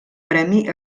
premi